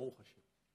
ברוך השם.